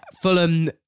Fulham